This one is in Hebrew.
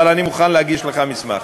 אבל אני מוכן להגיש לך מסמך.